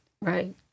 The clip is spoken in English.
Right